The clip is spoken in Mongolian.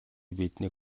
биднийг